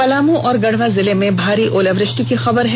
पलामू और गढ़वा जिले में भारी ओलावृष्टि की खबर है